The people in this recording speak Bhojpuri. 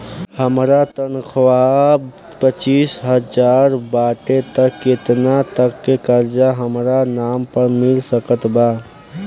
हमार तनख़ाह पच्चिस हज़ार बाटे त केतना तक के कर्जा हमरा नाम पर मिल सकत बा?